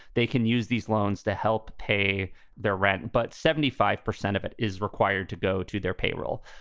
they can use these loans to help pay their rent. but seventy five percent of it is required to go to their payroll.